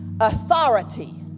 authority